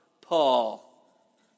Paul